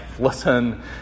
listen